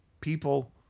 people